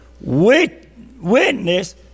witness